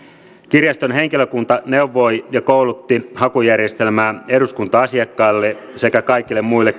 kirjaston henkilökunta neuvoi ja koulutti hakujärjestelmän käytössä eduskunta asiakkaita sekä kaikkia